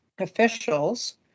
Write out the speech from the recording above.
officials